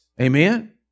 Amen